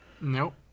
Nope